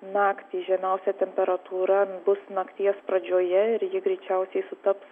naktį žemiausia temperatūra bus nakties pradžioje ir ji greičiausiai sutaps